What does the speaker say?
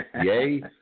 Yay